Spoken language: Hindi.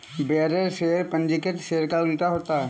बेयरर शेयर पंजीकृत शेयर का उल्टा होता है